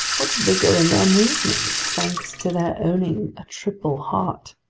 what vigor in their movements, thanks to their owning a triple heart!